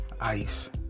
ice